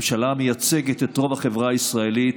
ממשלה המייצגת את רוב החברה הישראלית.